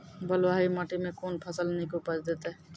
बलूआही माटि मे कून फसल नीक उपज देतै?